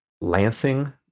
Lansing